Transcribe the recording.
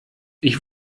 ich